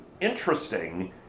interesting